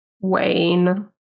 Wayne